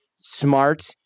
smart